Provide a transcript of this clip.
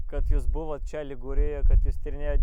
kad jūs buvot čia ligūrijoje kad jūs tyrinėjot